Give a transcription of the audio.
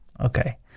Okay